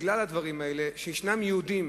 בגלל הדברים האלה, ישנם יהודים